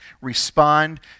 respond